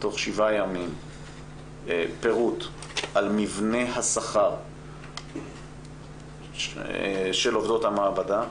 תוך שבעה ימים פירוט על מבנה השכר של עובדות המעבדה,